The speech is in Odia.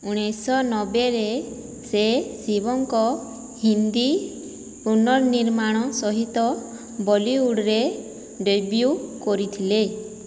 ଉଣେଇଶହ ନବେରେ ସେ ଶିବଙ୍କ ହିନ୍ଦୀ ପୁନଃନିର୍ମାଣ ସହିତ ବଲିଉଡ଼ରେ ଡେବ୍ୟୁଟ୍ କରିଥିଲେ